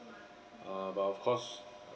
uh but of course